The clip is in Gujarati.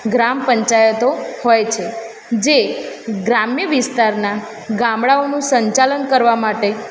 ગ્રામ પંચાયતો હોય છે જે ગ્રામ્ય વિસ્તારના ગામડાઓનું સંચાલન કરવા માટે